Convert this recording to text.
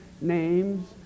names